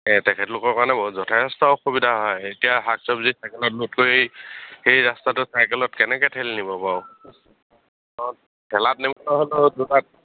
তেখেতলোকৰ কাৰণে বাৰু যথেষ্ট অসুবিধা হয় এতিয়া শাক চবজি চাইকেলত লোড কৰি সেই ৰাস্তাটো চাইকেলত কেনেকে ঠেলি নিব বাৰু ঠেলাত নিবলৈ হ'লেও দুটা